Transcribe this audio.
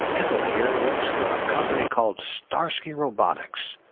ethel here works for a company called starsky robotics,